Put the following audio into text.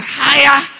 higher